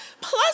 Plus